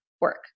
work